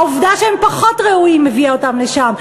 העובדה שהם פחות ראויים הביאה אותם לשם.